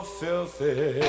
filthy